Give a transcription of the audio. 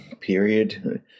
period